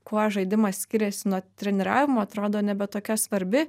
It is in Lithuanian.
kuo žaidimas skiriasi nuo treniravimo atrodo nebe tokia svarbi